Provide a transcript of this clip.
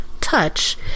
touch